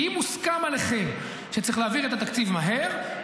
כי אם מוסכם עליכם שצריך להעביר את התקציב מהר,